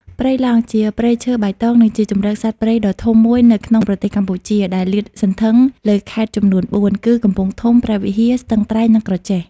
ព្រៃឡង់ជាព្រៃឈើបៃតង និងជាជម្រកសត្វព្រៃដ៏ធំមួយនៅក្នុងប្រទេសកម្ពុជា ដែលលាតសន្ធឹងលើខេត្តចំនួនបួនគឺ កំពង់ធំ ព្រះវិហារ ស្ទឹងត្រែង និងក្រចេះ។